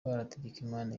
hategekimana